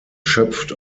schöpft